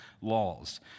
laws